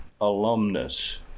alumnus